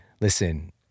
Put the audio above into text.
listen